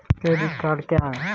Credit card क्या है?